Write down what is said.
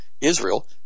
Israel